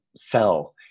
fell